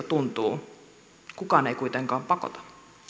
tuntuu kukaan ei kuitenkaan pakota